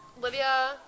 Lydia